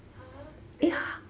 !huh! then